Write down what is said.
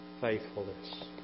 faithfulness